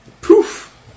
Poof